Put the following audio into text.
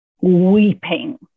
weeping